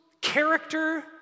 character